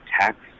tax